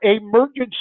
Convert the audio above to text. emergency